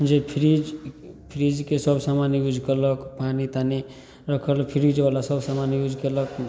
जे फ्रिज फ्रिजके सब समान यूज कएलक पानी तानी रखल फ्रिजवला सब समान यूज कएलक